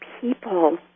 people